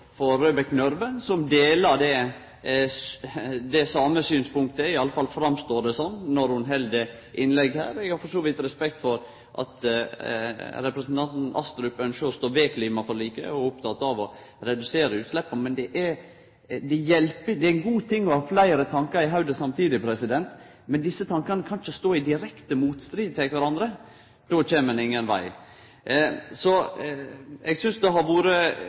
at representanten Astrup ynskjer å stå ved klimaforliket og er oppteken av å redusere utsleppa. Det er ein god ting å ha fleire tankar i hovudet samtidig, men desse tankane kan ikkje stå i direkte motstrid til kvarandre. Då kjem ein ingen veg. Eg synest dei rundane vi har hatt, har vore